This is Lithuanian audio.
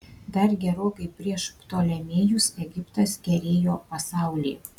dar gerokai prieš ptolemėjus egiptas kerėjo pasaulį